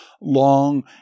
long